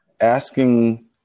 asking